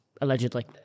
Allegedly